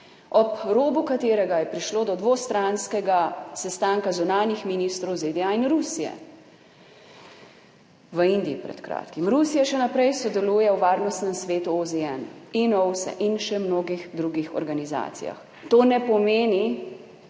ob robu katerega je prišlo do dvostranskega sestanka zunanjih ministrov v ZDA in Rusije v Indiji pred kratkim. Rusija še naprej sodeluje v varnostnem svetu OZN in OVSE in še mnogih drugih organizacijah. To ne pomeni,